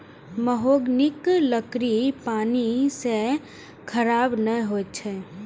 महोगनीक लकड़ी पानि सं खराब नै होइ छै